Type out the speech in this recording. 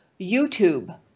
YouTube